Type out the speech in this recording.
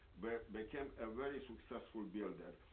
but became a very successful builder,